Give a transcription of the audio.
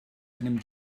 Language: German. einem